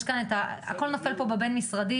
הכל נופל פה בבין-משרדי.